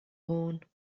horn